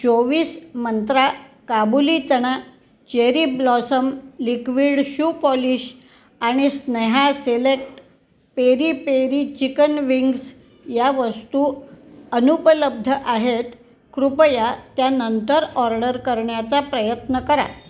चोवीस मंत्रा काबुली चणा Cherry Blossom liquid shoe polish आणि Sneha select peri peri chicken wings या वस्तू अनुपलब्ध आहेत कृपया त्या नंतर ऑर्डर करण्याचा प्रयत्न करा